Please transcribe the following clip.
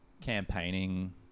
campaigning